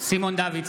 סימון דוידסון,